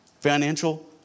Financial